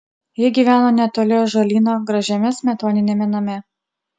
ji gyveno netoli ąžuolyno gražiame smetoniniame name